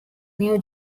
new